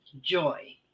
Joy